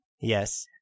yes